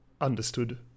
understood